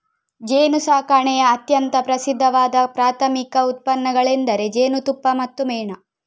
ಜೇನುಸಾಕಣೆಯ ಅತ್ಯಂತ ಪ್ರಸಿದ್ಧವಾದ ಪ್ರಾಥಮಿಕ ಉತ್ಪನ್ನಗಳೆಂದರೆ ಜೇನುತುಪ್ಪ ಮತ್ತು ಮೇಣ